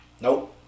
Nope